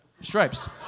Stripes